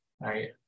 right